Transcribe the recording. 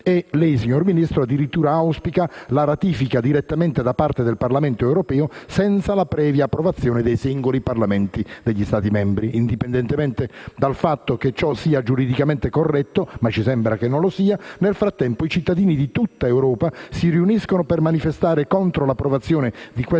Lei, signor Ministro, addirittura auspica la ratifica direttamente da parte del Parlamento europeo senza la previa approvazione dei singoli Parlamenti degli Stati membri. Indipendentemente dal fatto che ciò sia giuridicamente corretto (ma ci sembra che non lo sia), nel frattempo i cittadini di tutta Europa si riuniscono per manifestare contro l'approvazione di questi